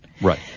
Right